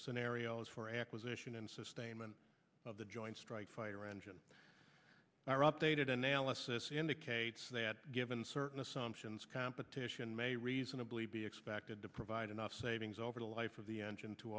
scenarios for acquisition and sustainment of the joint strike fighter engine are updated analysis indicates that given certain assumptions competition may reasonably be expected to provide enough savings over the life of the engine to